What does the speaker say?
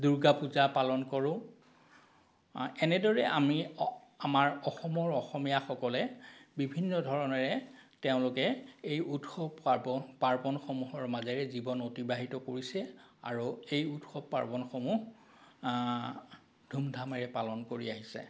দুৰ্গা পূজা পালন কৰোঁ এনেদৰে আমি অ আমাৰ অসমৰ অসমীয়াসকলে বিভিন্ন ধৰণেৰে তেওঁলোকে এই উৎসৱ পাৰ্বহ পাৰ্বণসমূহৰ মাজেৰে জীৱন অতিবাহিত কৰিছে আৰু এই উৎসৱ পাৰ্বণসমূহ ধুম ধামেৰে পালন কৰি আহিছে